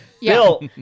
Bill